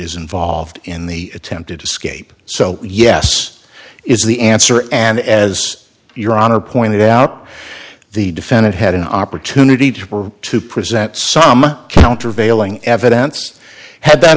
is involved in the attempted escape so yes is the answer and as your honor pointed out the defendant had an opportunity to to present some countervailing evidence had that